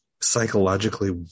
psychologically